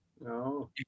No